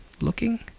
looking